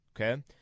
Okay